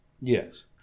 Yes